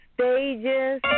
Stages